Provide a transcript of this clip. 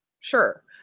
sure